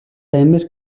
америк